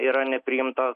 yra nepriimtos